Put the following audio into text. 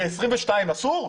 ולבני 22 אסור?